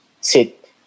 sit